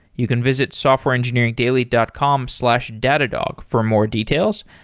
you can visit softwareengineeringdaily dot com slash datadog for more details.